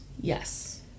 Yes